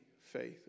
faith